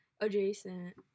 adjacent